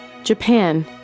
Japan